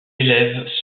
élèves